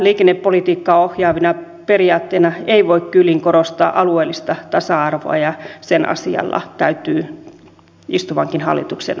liikennepolitiikkaa ohjaavana periaatteena ei voi kyllin korostaa alueellista tasa arvoa ja sen asialla täytyy istuvankin hallituksen olla